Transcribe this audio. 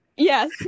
Yes